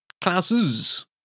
classes